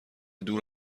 دور